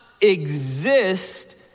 exist